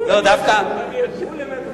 אני אשם.